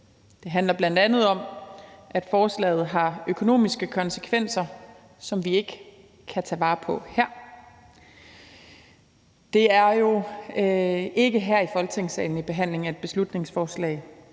Det handler bl.a. om, at forslaget har økonomiske konsekvenser, som vi ikke kan tage os af her. Det er jo ikke her i Folketingssalen under behandlingen af et beslutningsforslag,